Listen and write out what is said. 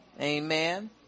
Amen